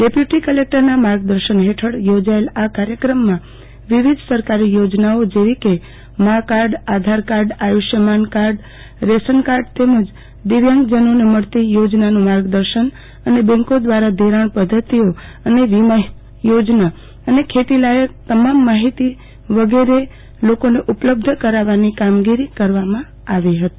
deputy કલેક્ટરના માર્ગદર્શન હેઠળ યોજાયેલ આ કાર્યક્રમમાં વિવિધ સરકારી યોજનાઓ જેવી કે મા કાર્ડઆધાર card Ayushman card ration card તેમજ દિવ્યાંગોને મળતી યોજનાનું માર્ગદર્શન અને બેન્કો દ્રારા ધીરાણ પધ્ધતીઓ અને વીમાયોજના ખેતીલાયક તમામ માહિતી વગેરે લોકોને ઉપલબ્ધ કરાવવાની કામગીરી કરવામાં આવી હતી